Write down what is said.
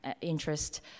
interest